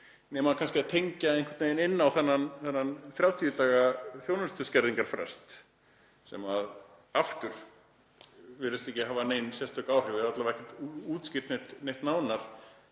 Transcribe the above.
nema kannski að tengja það einhvern veginn inn á þennan 30 daga þjónustuskerðingarfrest sem aftur virðist ekki hafa nein sérstök áhrif eða alla vega er ekkert útskýrt neitt nánar